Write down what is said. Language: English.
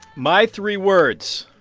my three words,